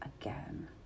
again